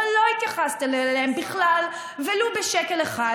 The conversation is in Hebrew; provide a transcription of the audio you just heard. ולא התייחסתם אליהן בכלל ולו בשקל אחד